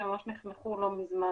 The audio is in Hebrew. שלוש נחנכו לא מזמן.